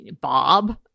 Bob